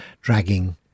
dragging